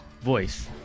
voice